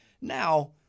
Now